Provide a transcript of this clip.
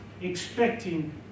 Expecting